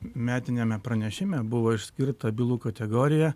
metiniame pranešime buvo išskirta bylų kategorija